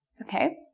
okay?